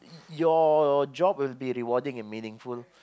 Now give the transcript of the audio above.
your job will be rewarding and meaningful